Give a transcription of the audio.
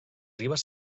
ribes